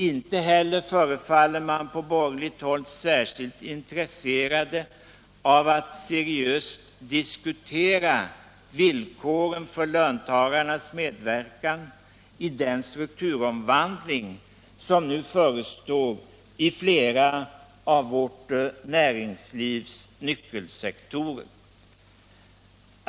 Inte heller förefaller man på borgerligt håll särskilt intresserad av att seriöst diskutera villkoren för löntagarnas medverkan i den strukturomvandling som nu förestår i flera av vårt näringslivs nyckelsektorer.